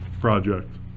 project